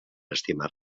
estimar